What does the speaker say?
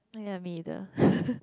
!aiya! me neither